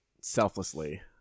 selflessly